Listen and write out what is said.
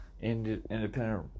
independent